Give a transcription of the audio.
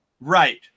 Right